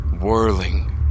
whirling